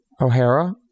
O'Hara